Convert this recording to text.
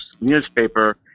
newspaper